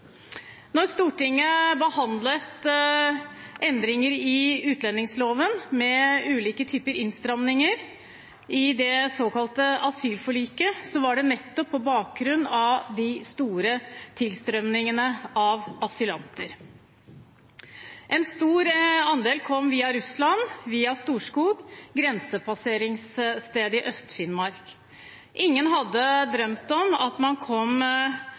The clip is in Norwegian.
Når Stortinget behandlet endringer i utlendingsloven, med ulike typer innstramninger, i det såkalte asylforliket, var det nettopp på bakgrunn av de store tilstrømningene av asylanter. En stor andel kom via Russland, via Storskog, grensepasseringsstedet i Øst-Finnmark. Ingen hadde drømt om at man kom